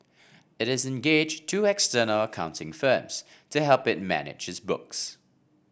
it is engaged two external accounting firms to help it manage its books